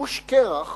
גוש קרח